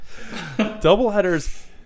Doubleheaders –